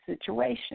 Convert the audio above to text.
situation